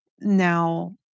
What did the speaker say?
now